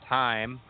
time